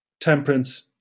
temperance